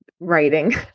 writing